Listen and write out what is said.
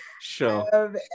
Sure